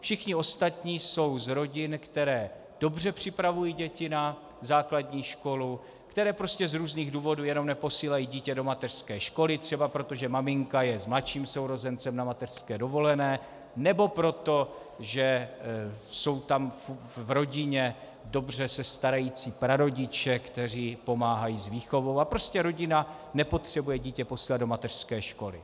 Všichni ostatní jsou z rodin, které dobře připravují děti na základní školu, které prostě z různých důvodů jenom neposílají dítě do mateřské školy, třeba protože maminka je s mladším sourozencem na mateřské dovolené nebo protože jsou v rodině dobře se starající prarodiče, kteří pomáhají s výchovou, a prostě rodina nepotřebuje posílat dítě do mateřské školy.